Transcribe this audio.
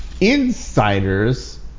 insiders